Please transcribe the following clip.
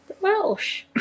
Welsh